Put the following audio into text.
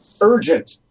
urgent